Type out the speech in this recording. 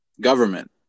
government